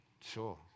sure